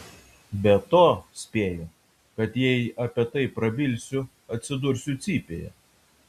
be to spėju kad jei apie tai prabilsiu atsidursiu cypėje